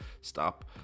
stop